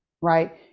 right